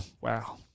wow